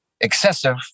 excessive